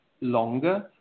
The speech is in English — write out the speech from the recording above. longer